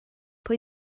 pwy